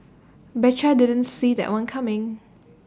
betcha didn't see that one coming